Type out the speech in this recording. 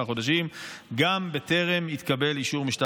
חודשים גם בטרם התקבל אישור של המשטרה.